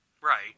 Right